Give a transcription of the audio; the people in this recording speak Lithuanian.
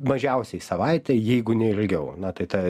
mažiausiai savaitę jeigu ne ilgiau na tai ta